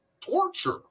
torture